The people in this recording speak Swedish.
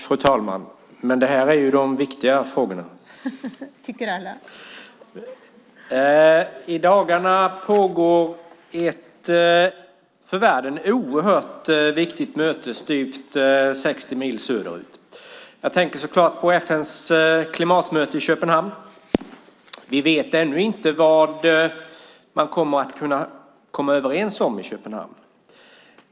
Fru talman! I dagarna pågår ett för världen oerhört viktigt möte styvt 60 mil söderut. Jag tänker så klart på FN:s klimatmöte i Köpenhamn. Vi vet ännu inte vad man kommer att kunna komma överens om i Köpenhamn.